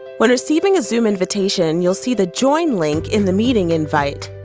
when receiving a zoom invitation, you'll see the joint link in the meeting invite.